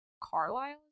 Carlisle